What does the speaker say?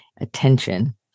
attention